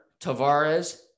Tavares